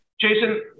Jason